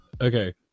Okay